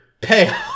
payoff